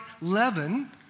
leaven